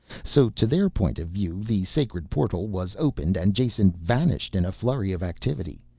so to their point of view the sacred portal was opened and jason vanished in a flurry of activity.